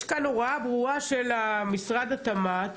יש כאן הוראה ברורה של משרד התמ"ת